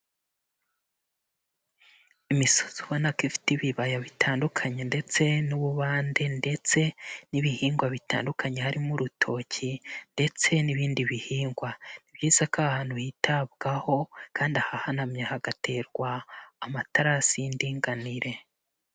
Imisozi ubona ko ifite ibibaya bitandukanye ndetse n'ububande ndetse n'ibihingwa bitandukanye harimo urutoki ndetse n'ibindi bihingwa, ni byiza ko ahantu bitabwaho kandi ahahanamye hagaterwa amatarasi y'indinganire.